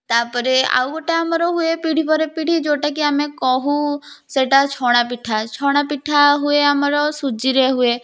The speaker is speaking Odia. ତାପରେ ଆଉ ଗୋଟେ ଆମର ହୁଏ ପିଢ଼ୀ ପରେ ପିଢ଼ୀ ଯୋଉଟା କି କହୁ ସେଇଟା ଛଣା ପିଠା ଛଣା ପିଠାରେ ହୁଏ ଆମର ସୁଜିରେ ହୁଏ